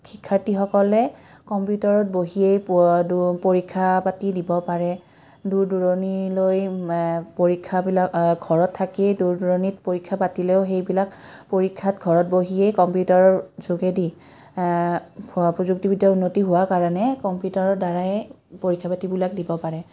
শিক্ষাৰ্থীসকলে কম্পিউটাৰত বহিয়েই পৰীক্ষা পাতি দিব পাৰে দূৰ দূৰণিলৈ পৰীক্ষাবিলাক ঘৰত থাকিয়ে দূৰ দূৰণিত পৰীক্ষা পাতিলেও সেইবিলাক পৰীক্ষাত ঘৰত বহিয়েই কম্পিউটাৰৰ যোগেদি প্ৰযুক্তিবিদ্যাৰ উন্নতি হোৱা কাৰণে কম্পিউটাৰৰ দ্বাৰাই পৰীক্ষা পাতিবিলাক দিব পাৰে